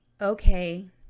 Okay